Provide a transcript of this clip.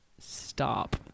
Stop